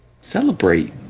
Celebrate